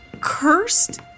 cursed